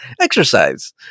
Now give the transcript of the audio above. Exercise